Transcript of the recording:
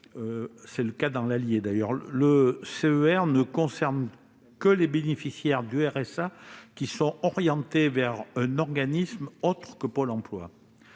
la majorité des allocataires. Le CER ne concerne que les bénéficiaires du RSA qui sont orientés vers un organisme autre que Pôle emploi.